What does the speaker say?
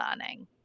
learning